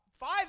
Five